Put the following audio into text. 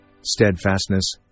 steadfastness